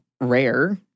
rare